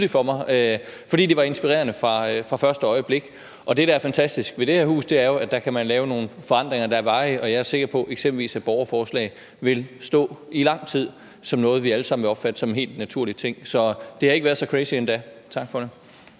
Det står tydeligt for mig, fordi det var inspirerende fra første øjeblik. Det, der er fantastisk ved det her hus, er jo, at man kan lave nogle forandringer, der er varige, og jeg er sikker på, at eksempelvis borgerforslag i lang tid vil stå som noget, vi alle sammen vil opfatte som en helt naturlig ting. Så det har ikke været så crazy endda.